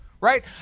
right